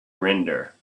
render